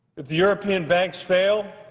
the european banks fail,